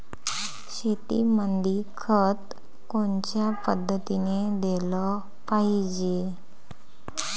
शेतीमंदी खत कोनच्या पद्धतीने देलं पाहिजे?